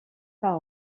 par